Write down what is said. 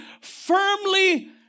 firmly